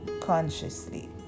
consciously